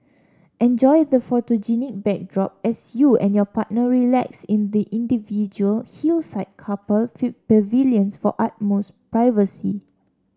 enjoy the photogenic backdrop as you and your partner relax in the individual hillside couple pavilions for utmost privacy